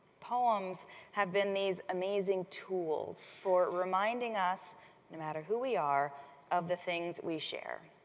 poems have been these amazing tools for reminding us no matter who we are of the things we share.